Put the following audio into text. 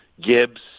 Gibbs